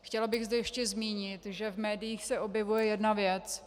Chtěla bych zde ještě zmínit, že v médiích se objevuje jedna věc.